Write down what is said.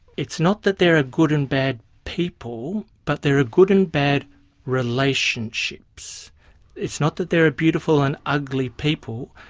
it's not that there are good and bad people, but there are good and bad relationships it's not that there are beautiful and ugly people,